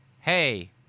Hey